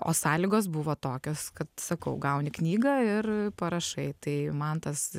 o sąlygos buvo tokios kad sakau gauni knygą ir parašai tai man tas